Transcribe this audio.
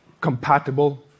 compatible